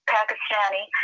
Pakistani